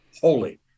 holy